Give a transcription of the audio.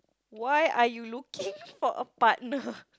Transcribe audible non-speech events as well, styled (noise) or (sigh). why are you looking (laughs) for a partner